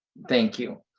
thank you.